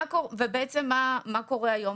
מה קורה היום?